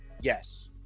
yes